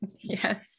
Yes